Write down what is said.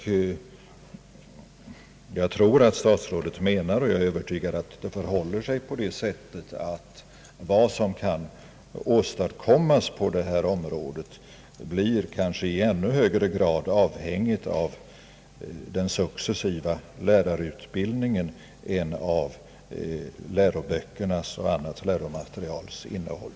Jag är övertygad om att vad som kan åstadkommas på detta område blir i ännu högre grad avhängigt av den successiva lärarutbildningen än av läroböckernas och annat läromaterials innehåll.